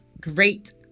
Great